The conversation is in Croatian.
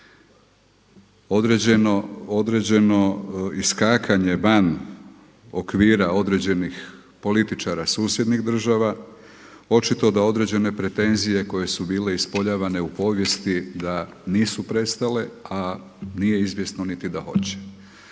određeno iskakanje van okvira određenih političara susjednih država, očito da određene pretenzije koje su bile ispoljavane u povijesti da nisu prestale, a nije izvjesno niti da hoće.